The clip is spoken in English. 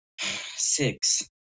Six